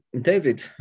David